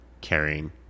carrying